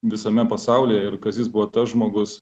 visame pasaulyje ir kad jis buvo tas žmogus